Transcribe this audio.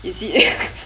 is it